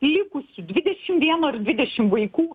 likusį dvidešimt vieną ar dvidešimt vaikų